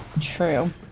True